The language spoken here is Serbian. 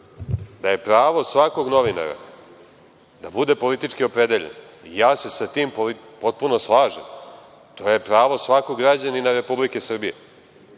da je pravo svakog novinara da bude politički opredeljen. Ja se sa tim potpuno slažem. To je pravo svakog građanina Republike Srbije. Uopšte